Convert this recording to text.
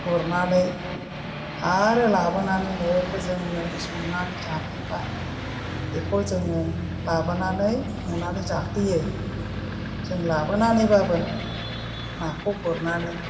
गुरनानै आरो लाबोनानै न'आवबो जोंनो संनानै जाफैबाय बेखौ जोङो लाबोनानै संनानै जाफैयो जों लाबोनानैबाबो नाखौ गुरनानै